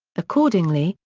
accordingly,